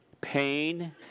pain